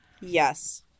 yes